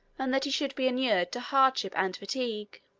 and that he should be inured to hardship and fatigue.